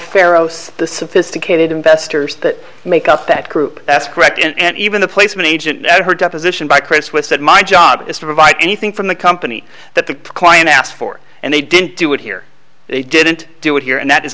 pharaoh's the sophisticated investors that make up that group that's correct and even the placement agent at her deposition by chris with said my job is to provide anything from the company that the client asked for and they didn't do it here they didn't do it here and that is